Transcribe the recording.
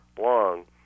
long